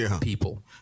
people